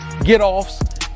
get-offs